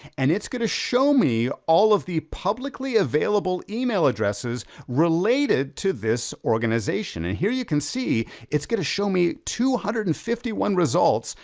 and it's gonna show me all of the publicly available email addresses, related to this organization. and here you can see, it's gonna show me two hundred and fifty one results,